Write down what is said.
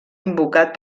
invocat